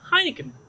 heineken